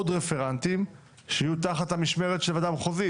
עוד רפרנטים שיהיו תחת המשמרת של הוועדה המחוזית.